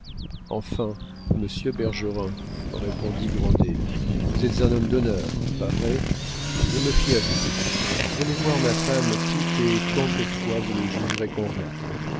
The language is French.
monsieur bergerin répondit grandet vous êtes un homme d'honneur pas vrai je me fie à vous venez voir ma femme toutes et quantes fois vous le jugerez convenable